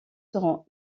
seront